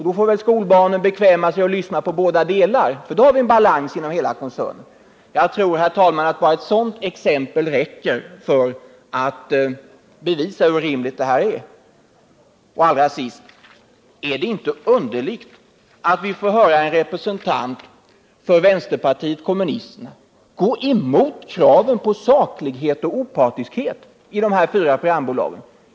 Då får väl skolbarnen bekväma sig att lyssna på båda delarna, för då har vi balans inom hela koncernen. Jag tror, herr talman, att bara ett sådant exempel räcker för att bevisa hur orimligt resonemanget är. Allra sist: Är det inte underligt att vi får höra en representant för vänsterpartiet kommunisterna gå emot kraven på saklighet och opartiskhet i dessa fyra programbolag?